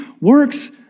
works